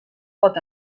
pot